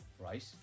Right